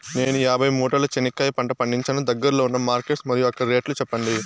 నేను యాభై మూటల చెనక్కాయ పంట పండించాను దగ్గర్లో ఉన్న మార్కెట్స్ మరియు అక్కడ రేట్లు చెప్పండి?